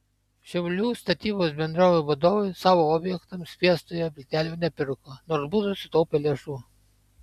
šiaulių statybos bendrovių vadovai savo objektams fiestoje plytelių nepirko nors būtų sutaupę lėšų